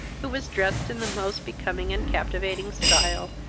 who was drest in the most becoming and captivating stile,